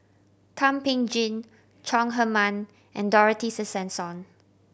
Thum Ping Tjin Chong Heman and Dorothy Tessensohn